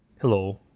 Hello